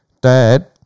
dad